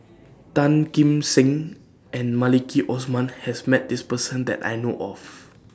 Tan Kim Seng and Maliki Osman has Met This Person that I know of